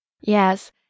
Yes